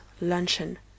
luncheon